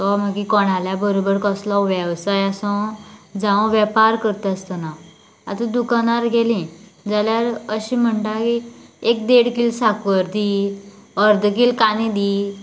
तो मागीर कोणाल्या बरोबर कसलो वेवसाय आसूं जावं वेपार करता आसतना आता दुकानार गेलीं जाल्यार अशें म्हणटा की एक देड कील साखर दी अर्द कील कांदे दी